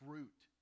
Fruit